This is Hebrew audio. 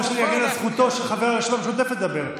שאני אגן על זכותו של חבר הרשימה המשותפת לדבר.